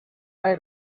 hay